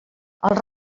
els